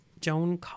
Joan